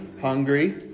hungry